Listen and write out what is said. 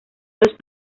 los